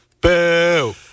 Boo